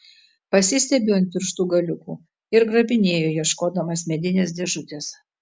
pasistiebiu ant pirštų galiukų ir grabinėju ieškodamas medinės dėžutės